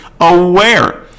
aware